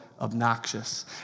obnoxious